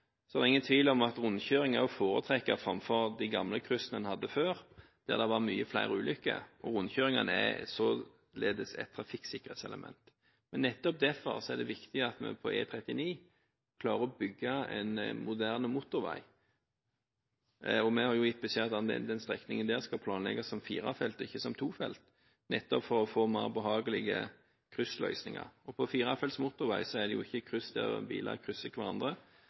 det ingen tvil om at rundkjøringer er å foretrekke framfor de gamle kryssene en hadde før, der det var mange flere ulykker. Rundkjøringene er således et trafikksikkerhetselement. Men nettopp derfor er det viktig at vi på E39 klarer å bygge en moderne motorvei. Vi har gitt beskjed om at den strekningen skal planlegges som firefelts og ikke som tofelts, nettopp for å få mer behagelige kryssløsninger, for på firefelts motorvei er det ikke kryss der biler krysser hverandre,